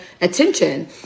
attention